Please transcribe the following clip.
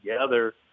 together